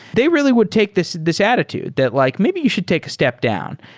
they really would take this this attitude that like, maybe you should take a step down.